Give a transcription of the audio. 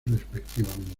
respectivamente